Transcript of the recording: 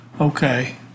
Okay